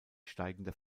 steigender